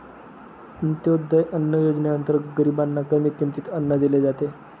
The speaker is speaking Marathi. अंत्योदय अन्न योजनेअंतर्गत गरीबांना कमी किमतीत अन्न दिले जाते